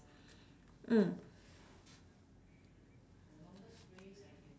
mm